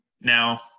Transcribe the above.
Now